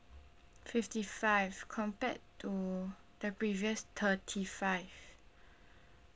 fifty five compared to the previous thirty five